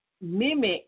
mimic